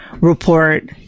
report